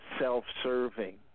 self-serving